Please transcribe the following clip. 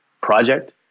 project